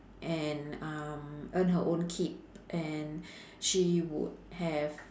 and um earn her own keep and she would have